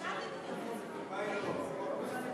האם את תתמכי?